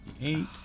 Eight